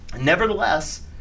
Nevertheless